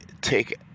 take